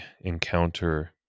encounter